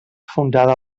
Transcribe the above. fundada